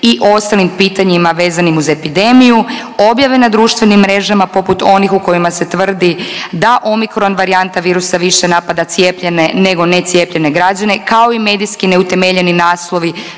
i ostalim pitanjima vezanim uz epidemiju, objave na društvenim mrežama poput onih u kojima se tvrdi da omicron varijanta virusa više napada cijepljene nego necijepljene građane kao i medijski neutemeljeni naslovi